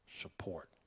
support